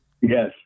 Yes